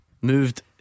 Moved